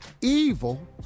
evil